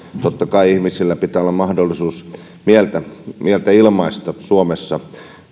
totta kai ihmisillä pitää olla mahdollisuus ilmaista mieltä suomessa